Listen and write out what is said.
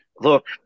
look